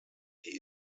die